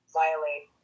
violate